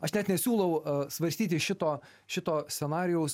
aš net nesiūlau svarstyti šito šito scenarijaus